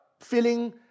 feeling